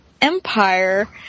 empire